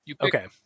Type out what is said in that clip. Okay